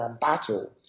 battle